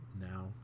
now